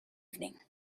evening